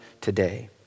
today